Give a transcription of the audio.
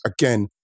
again